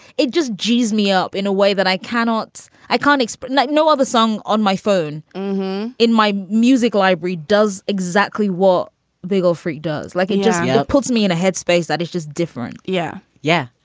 it just g s me up in a way that i cannot i can't explain. like no other song on my phone in my music library does exactly what bagel free does like it just yeah puts me in a headspace that is just different yeah. yeah,